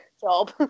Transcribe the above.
job